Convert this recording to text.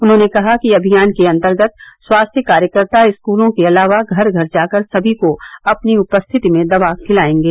उन्होंने कहा कि अभियान के अंतर्गत स्वास्थ्य कार्यकर्ता स्कूलों के अलावा घर घर जाकर सभी को अपनी उपस्थिति में दवा खिलाएंगे